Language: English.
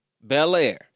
Bel-Air